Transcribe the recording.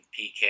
PK